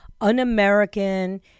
un-American